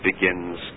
begins